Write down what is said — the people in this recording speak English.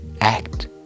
act